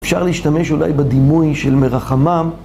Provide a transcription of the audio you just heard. אפשר להשתמש אולי בדימוי של מרחמם.